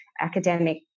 academic